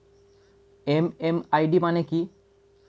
MMID মানে কি?